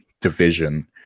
division